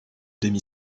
demi